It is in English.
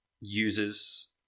uses